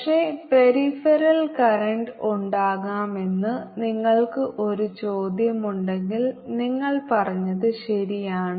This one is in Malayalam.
പക്ഷേ പെരിഫറൽ കറന്റ് ഉണ്ടാകാമെന്ന് നിങ്ങൾക്ക് ഒരു ചോദ്യമുണ്ടെങ്കിൽ നിങ്ങൾ പറഞ്ഞത് ശരിയാണ്